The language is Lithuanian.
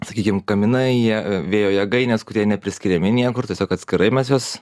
sakykim kaminai vėjo jėgainės kurie nepriskiriami niekur tiesiog atskirai mes juos